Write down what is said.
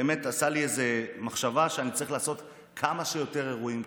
גרם לי לחשוב שאני צריך לעשות כמה שיותר אירועים,